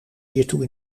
hiertoe